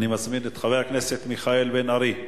אני מזמין את חבר הכנסת מיכאל בן-ארי.